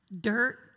Dirt